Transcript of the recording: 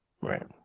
Right